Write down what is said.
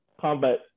combat